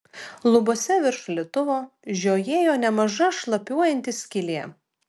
lubose virš šaldytuvo žiojėjo nemaža šlapiuojanti skylė